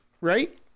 right